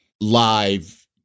live